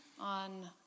on